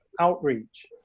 outreach